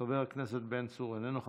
חבר הכנסת בן צור, איננו.